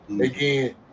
Again